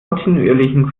kontinuierlichen